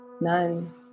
None